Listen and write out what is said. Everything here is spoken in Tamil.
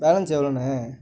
பேலன்ஸ் எவ்வளோண்ணே